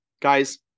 Guys